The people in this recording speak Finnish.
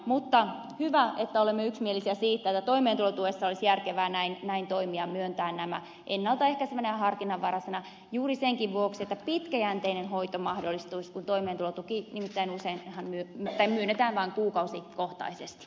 mutta hyvä että olemme yksimielisiä siitä että toimeentulotuessa olisi järkevää näin toimia myöntää tämä ennalta ehkäisevänä ja harkinnanvaraisena juuri senkin vuoksi että pitkäjänteinen hoito mahdollistuisi kun toimeentulotuki nimittäin myönnetään vain kuukausikohtaisesti